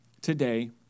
today